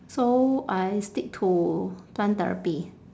so I stick to plant therapy